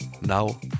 Now